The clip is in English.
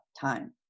time